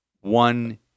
one